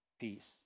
peace